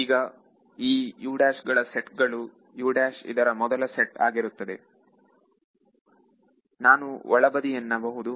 ಈಗ ಈ U' ಗಳ ಸೆಟ್ ಗಳು U' ಇದರ ಮೊದಲ ಸೆಟ್ ಆಗಿರುತ್ತದೆ ನಾನು ಒಳಬದಿ ಎನ್ನಬಹುದು